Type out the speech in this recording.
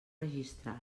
registral